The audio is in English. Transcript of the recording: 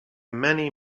many